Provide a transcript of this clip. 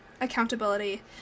accountability